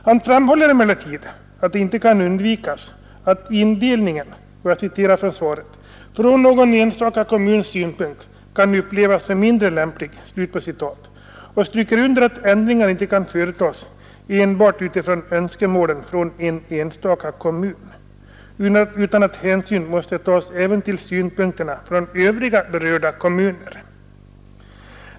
Han framhåller emellertid att det inte kan undvikas att indelningen ”från någon enstaka kommuns synpunkt kan upplevas som mindre lämplig” och stryker under: ”Ändringar i den kommunala indelningen kan inte företas enbart utifrån önskemålen från en enstaka kommun”, utan han anser att hänsyn måste tas även till synpunkterna från övriga berörda kommuner.